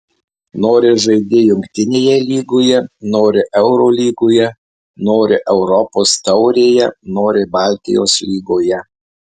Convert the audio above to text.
nori žaidi jungtinėje lygoje nori eurolygoje nori europos taurėje nori baltijos lygoje